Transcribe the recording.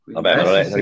Vabbè